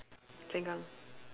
Sengkang